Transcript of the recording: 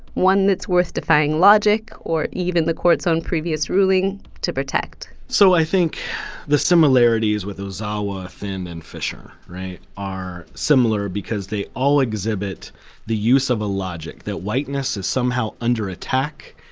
one that's worth defying logic, or even the court's own previous ruling, to protect. so i think the similarities with ozawa, thind, and fisher, right, are similar because they all exhibit the use of a logic that whiteness is somehow under attack,